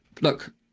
look